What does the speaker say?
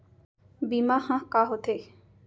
बीमा ह का होथे?